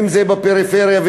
אם בפריפריה,